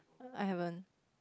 I haven't